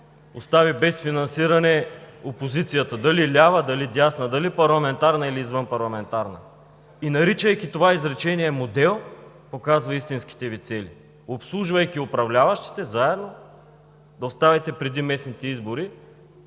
остави без финансиране опозицията – дали лява, дали дясна, дали парламентарна, или извънпарламентарна. Наричайки това изречение „модел“, показва истинските Ви цели: обслужвайки управляващите заедно да оставите преди местните избори